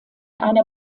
einer